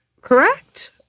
correct